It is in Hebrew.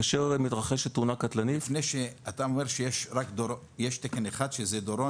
כאשר מתרחשת תאונה קטלנית -- אתה אומר שיש רק תקן אחד שזה דורון